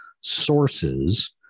sources